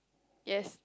yes